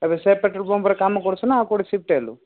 ଏବେ ସେ ପେଟ୍ରୋଲ୍ ପମ୍ପରେ କାମ କରୁଛୁ ନା ଆଉ କେଉଁଠି ସିଫ୍ଟ ହେଲୁ